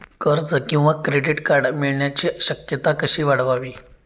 कर्ज किंवा credit card मिळण्याची शक्यता कशी वाढवावी?